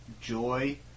joy